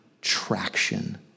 traction